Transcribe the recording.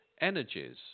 energies